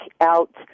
out